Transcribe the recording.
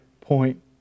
point